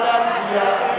נא להצביע.